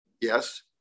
yes